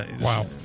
Wow